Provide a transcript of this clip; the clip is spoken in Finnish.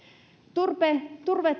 turve